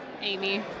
Amy